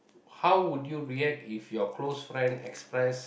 how would you react if your close friend express